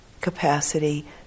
capacity